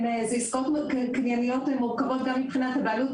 זה עסקאות קנייניות מבוקרות גם מבחינת הבעלות,